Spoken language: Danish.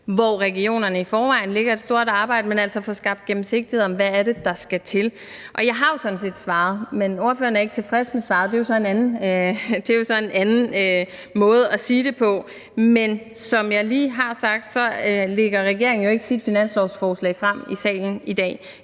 – regionerne har i forvejen lagt et stort arbejde der – at få skabt gennemsigtigheden om, hvad der skal til. Og jeg har jo sådan set svaret, men spørgeren er ikke tilfreds med svaret. Det er jo så en anden måde at sige det på. Men som jeg lige har sagt, lægger regeringen jo ikke sit finanslovsforslag frem i salen i dag.